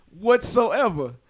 whatsoever